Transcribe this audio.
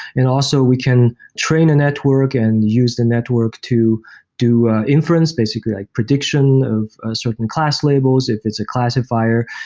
and also, we can train a network and use the network to do inference, basically like prediction of a certain class labels, if it's a classifier.